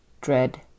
dread